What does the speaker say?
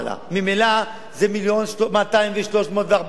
ממילא זה מיליון ו-200 ו-300 ו-400,